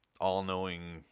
all-knowing